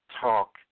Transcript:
talk